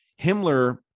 Himmler